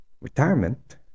retirement